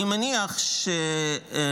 אני מניח שכרגע,